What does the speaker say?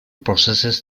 processes